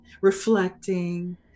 reflecting